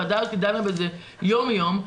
הוועדה הזאת דנה בכך יום יום,